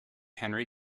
henry